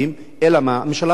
הממשלה הקימה ועדות.